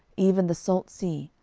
even the salt sea,